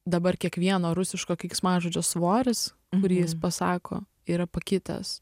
dabar kiekvieno rusiško keiksmažodžio svoris kurį jis pasako yra pakitęs